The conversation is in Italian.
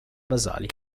basali